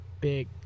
big